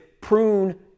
prune